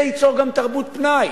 זה ייצור גם תרבות פנאי.